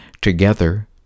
Together